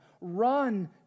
Run